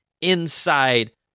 inside